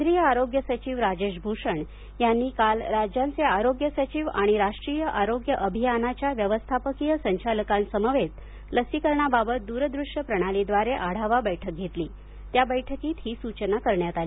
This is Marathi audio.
केंद्रीय आरोग्य सचिव राजेश भ्षण यांनी काल राज्यांचे आरोग्य सचिव आणि राष्ट्रीय आरोग्य अभियानाच्या व्यवस्थापकीय संचालकांसमवेत लसीकरणाबाबत द्रदृश्य प्रणालीद्वारे आढावा बैठक घेतली त्या बैठकीत ही सूचना करण्यात आली